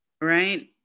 right